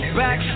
back